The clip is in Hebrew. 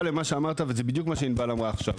למה שאמרת וזה בדיוק מה שענבל אמרה עכשיו.